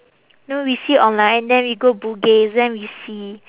no we see online then we go bugis then we see